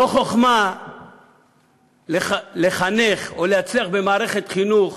לא חוכמה לחנך או להצליח במערכת חינוך